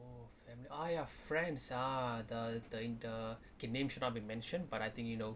or a family ah ya friends ah the the in the K names should not be mentioned but I think you know